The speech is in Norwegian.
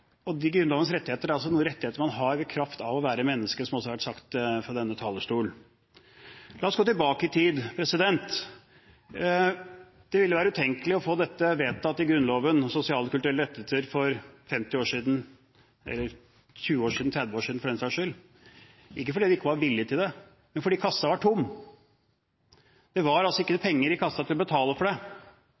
Grunnlovens rettigheter er rettigheter man har i kraft av å være menneske, som det også har vært sagt fra denne talerstolen. La oss gå tilbake i tid. Det ville vært utenkelig å få sosiale og kulturelle rettigheter vedtatt i Grunnloven for 50 år siden – for 20 og 30 år siden også, for den saks skyld, ikke fordi det ikke var vilje til det, men fordi kassa var tom. Det var ikke penger i kassa til å betale for det.